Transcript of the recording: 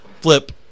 Flip